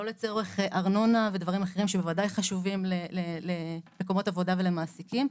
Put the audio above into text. לא לצורך ארנונה ודברים אחרים שבוודאי חשובים למקומות עבודה ולמעסיקים,